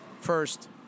first